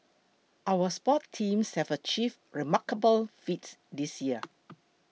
our sports teams have achieved remarkable feats this year